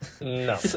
No